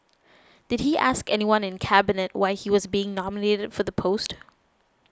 did he ask anyone in Cabinet why he was being nominated for the post